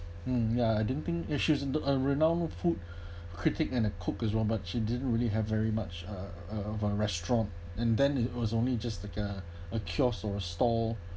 mm ya I don't think is she a renowned food critic and a cook as well but she didn't really have very much uh uh of a restaurant and then it was only just the girl a kiosk or stall